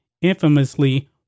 infamously